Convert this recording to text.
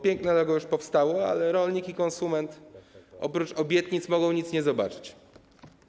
Piękne logo już powstało, ale rolnik i konsument oprócz obietnic mogą nie zobaczyć nic.